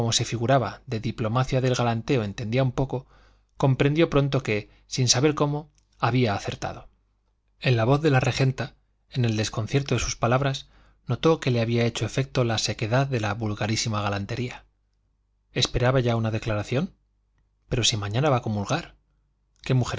se figuraba de diplomacia del galanteo entendía un poco comprendió pronto que sin saber cómo había acertado en la voz de la regenta en el desconcierto de sus palabras notó que le había hecho efecto la sequedad de la vulgarísima galantería esperaba ya una declaración pero si mañana va a comulgar